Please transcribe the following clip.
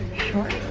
short